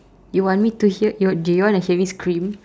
you want me to hear y~ do you wanna hear me scream